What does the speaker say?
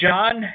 John